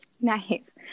nice